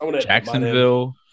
Jacksonville